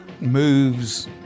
Moves